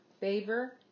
favor